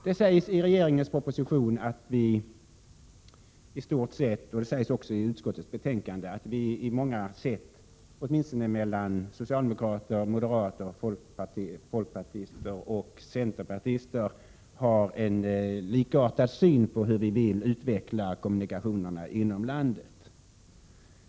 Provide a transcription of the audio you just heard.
Det sägs i regeringens proposition och i utskottets betänkande att vi på många sätt — det gäller åtminstone socialdemokrater, moderater, folkpartister och centerpartister — har en likartad syn på hur vi vill utveckla kommunikationerna inom landet.